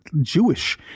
Jewish